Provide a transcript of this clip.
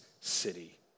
city